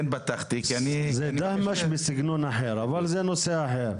זה דהמש בסגנון אחר אבל זה נושא אחר.